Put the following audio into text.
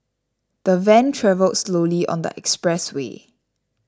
the van travelled slowly on the expressway